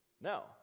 No